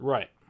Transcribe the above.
Right